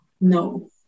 No